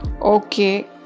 Okay